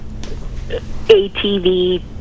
ATV